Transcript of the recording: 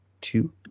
two